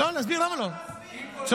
אני אסביר, אני אסביר.